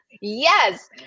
Yes